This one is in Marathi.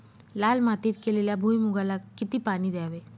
लाल मातीत केलेल्या भुईमूगाला किती पाणी द्यावे?